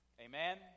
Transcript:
Amen